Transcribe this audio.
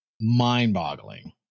mind-boggling